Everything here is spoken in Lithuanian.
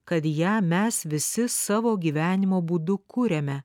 kad ją mes visi savo gyvenimo būdu kuriame